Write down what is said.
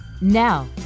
Now